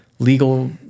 legal